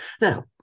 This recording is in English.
Now